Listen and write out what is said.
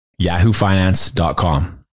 yahoofinance.com